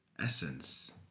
Essence